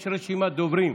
יש רשימת דוברים.